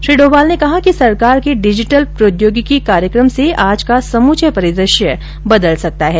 श्री डोभाल ने कहा कि सरकार के डिजिटल प्रौद्योगिकी कार्यक्रम से आज का समूचा परिदृश्य बदल सकता है